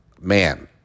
man